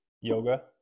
yoga